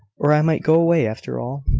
or i might go away, after all,